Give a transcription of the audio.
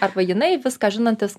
arba jinai viską žinantys